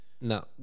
No